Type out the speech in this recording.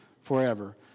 forever